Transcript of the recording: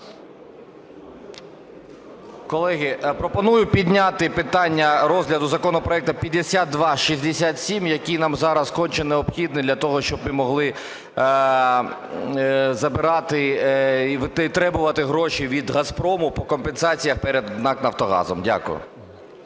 Колеги, пропоную підняти питання розгляду законопроекту 5267, який нам зараз конче необхідний для того, щоб ми могли забирати і витребувати гроші від "Газпрому" по компенсаціях перед НАК "Нафтогазом". Дякую.